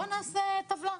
בוא נעשה טבלה,